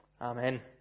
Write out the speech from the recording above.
Amen